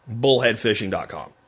bullheadfishing.com